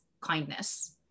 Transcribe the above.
kindness